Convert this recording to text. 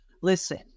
listen